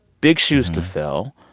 big shoes to fill.